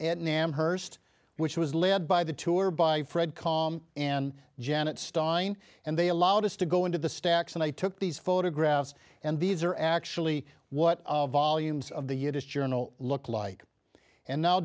and nam hurst which was led by the tour by fred com and janet stein and they allowed us to go into the stacks and i took these photographs and these are actually what volumes of the eunice journal looked like and now